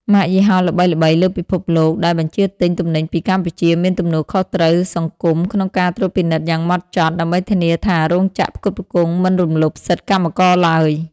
ម៉ាកយីហោល្បីៗលើពិភពលោកដែលបញ្ជាទិញទំនិញពីកម្ពុជា មានទំនួលខុសត្រូវសង្គមក្នុងការត្រួតពិនិត្យយ៉ាងហ្មត់ចត់ ដើម្បីធានាថារោងចក្រផ្គត់ផ្គង់មិនរំលោភសិទ្ធិកម្មករឡើយ។